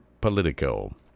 politico